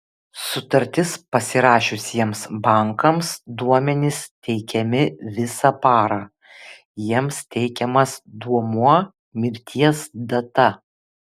sutartis pasirašiusiems bankams duomenys teikiami visą parą jiems teikiamas duomuo mirties data